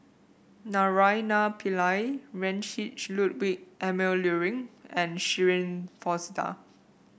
Naraina Pillai Heinrich Ludwig Emil Luering and Shirin Fozdar